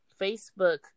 Facebook